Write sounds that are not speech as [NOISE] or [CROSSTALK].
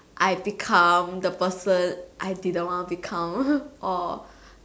I become the person I didn't want to become [LAUGHS] or